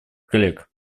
коллег